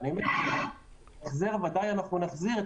החזר ודאי נחזיר.